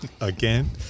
Again